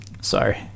Sorry